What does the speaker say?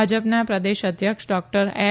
ભાજપના પ્રદેશ અધ્યક્ષ ડોકટર એલ